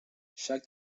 chaque